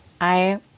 I-